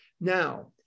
Now